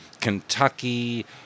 Kentucky